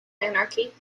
anarchy